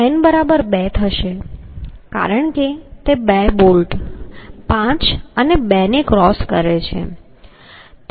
n બરાબર 2 થશે કારણ કે તે બે બોલ્ટ 5 અને 2 ને ક્રોસ કરે છે